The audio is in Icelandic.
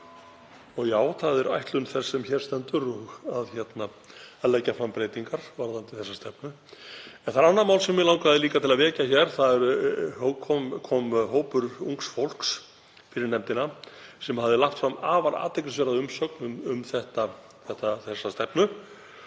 og já, það er ætlun þess sem hér stendur að leggja fram breytingartillögur varðandi þessa stefnu. En það er annað mál sem mig langaði líka til að vekja athygli á. Það kom hópur ungs fólks fyrir nefndina sem hafði lagt fram afar athyglisverða umsögn um þessa stefnu.